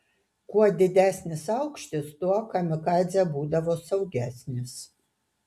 kuo didesnis aukštis tuo kamikadzė būdavo saugesnis